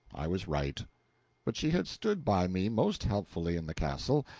i was right but she had stood by me most helpfully in the castle,